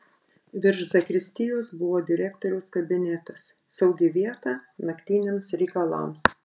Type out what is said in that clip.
virš zakristijos buvo direktoriaus kabinetas saugi vieta naktiniams reikalams